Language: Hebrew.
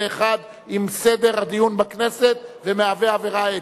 אחד עם סדר הדיון בכנסת ומהווה עבירה אתית.